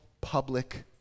public